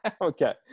Okay